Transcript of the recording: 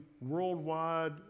worldwide